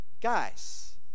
guys